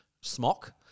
smock